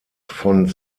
von